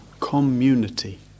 community